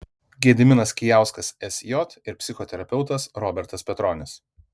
gediminas kijauskas sj ir psichoterapeutas robertas petronis